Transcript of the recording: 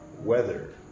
weather